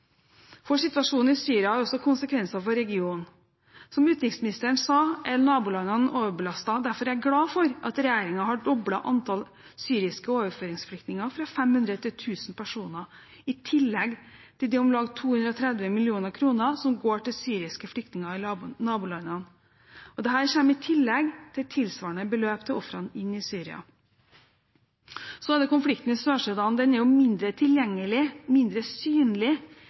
Situasjonen i Syria har også konsekvenser for regionen. Som utenriksministeren sa, er nabolandene overbelastet. Derfor er jeg glad for at regjeringen har doblet antall syriske overføringsflyktninger fra 500 til 1 000 personer, i tillegg til de om lag 230 mill. kr som går til syriske flyktninger i nabolandene. Dette kommer i tillegg til tilsvarende beløp til ofrene inne i Syria. Så er det konflikten i Sør-Sudan. Den er mindre tilgjengelig, mindre synlig